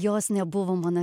jos nebuvo mano